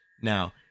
Now